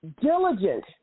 diligent